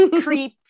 creep